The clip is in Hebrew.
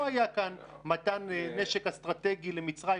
לא היה כאן מתן נשק אסטרטגי למצרים,